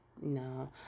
no